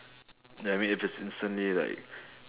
I mean if it's instantly like